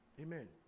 Amen